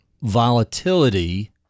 volatility